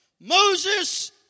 Moses